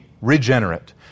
regenerate